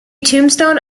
tombstone